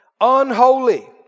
Unholy